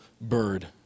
bird